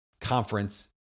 conference